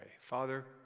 Father